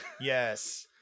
yes